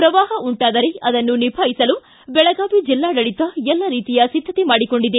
ಪ್ರವಾಹ ಉಂಟಾದರೆ ಅದನ್ನು ನಿಭಾಯಿಸಲು ಬೆಳಗಾವಿ ಜಿಲ್ಲಾಡಳಿತ ಎಲ್ಲ ರೀತಿಯ ಸಿದ್ಧತೆ ಮಾಡಿಕೊಂಡಿದೆ